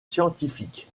scientifique